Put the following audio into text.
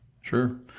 Sure